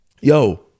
yo